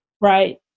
Right